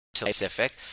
Pacific